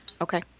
Okay